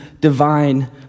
divine